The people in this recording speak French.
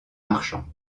marchands